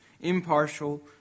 impartial